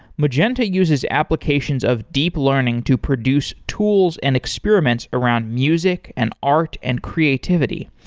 magenta uses applications of deep learning to produce tools and experiments around music and art and creativity.